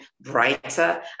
brighter